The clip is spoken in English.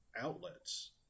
outlets